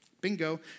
Bingo